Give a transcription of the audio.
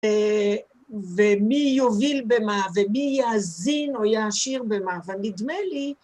ומי יוביל במה, ומי יאזין או יעשיר במה, אבל נדמה לי